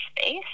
space